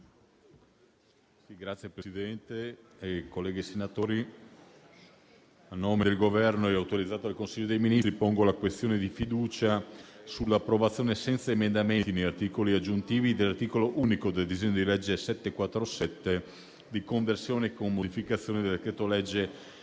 Signor Presidente, onorevoli senatori, a nome del Governo, autorizzato dal Consiglio dei ministri, pongo la questione di fiducia sull'approvazione, senza emendamenti né articoli aggiuntivi, dell'articolo unico del disegno di legge n. 747, di conversione, con modificazioni, del decreto-legge